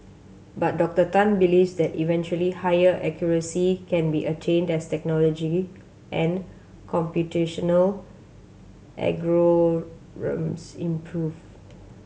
but Doctor Tan believes that eventually higher accuracy can be attained as technology and computational algorithms improve